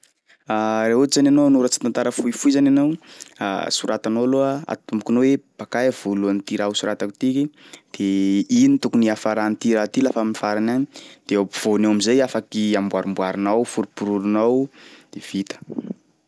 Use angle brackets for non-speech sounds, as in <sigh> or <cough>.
<hesitation> Raha ohatsy zany ianao hanoratsy tantara fohifohy zany ianao <hesitation> soratanao aloha atombokinao hoe bakaia voalohany ty raha ho soratako tiky de ino tokony iafaran'ity raha ty lafa am'farany agny de eo am-povoany eo am'zay afaky amboarimboarinao, forofoporoninao de vita.